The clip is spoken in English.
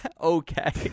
okay